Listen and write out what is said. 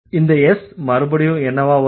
இந்த S மறுபடியும் என்னவா வரும்